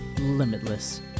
limitless